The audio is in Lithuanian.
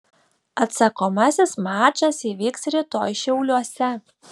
atsakomasis mačas įvyks rytoj šiauliuose